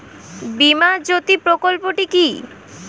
বীমা জ্যোতি প্রকল্পটি কি?